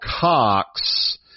Cox